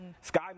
Sky